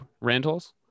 Rentals